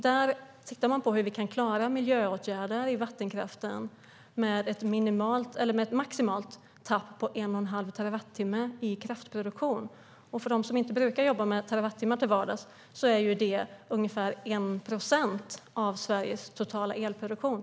Där tittar man på hur vi kan klara miljöåtgärder i vattenkraften med ett maximalt tapp på en och en halv terawattimme i kraftproduktion. För dem som inte brukar jobba med terawattimmar till vardags är det ungefär 1 procent av Sveriges totala elproduktion.